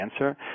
answer